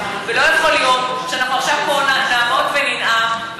ולא יכול להיות שאנחנו פה עכשיו נעמוד וננאם,